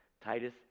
Titus